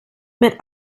mit